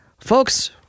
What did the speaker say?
Folks